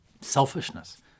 selfishness